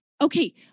okay